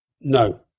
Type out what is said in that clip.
No